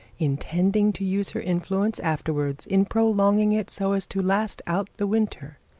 intending to use her influence afterwards in prolonging it so as to last out the winter,